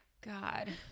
God